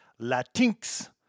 Latinx